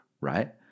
right